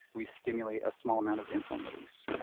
we stimulate a small amount of insulin release.